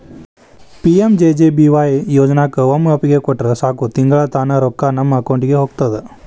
PMJJBY ಯೋಜನಾಕ ಒಮ್ಮೆ ಒಪ್ಪಿಗೆ ಕೊಟ್ರ ಸಾಕು ತಿಂಗಳಾ ತಾನ ರೊಕ್ಕಾ ನಮ್ಮ ಅಕೌಂಟಿದ ಹೋಗ್ತದ